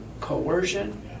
coercion